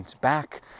back